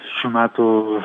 šių metų